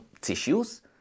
tissues